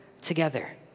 together